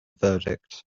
verdict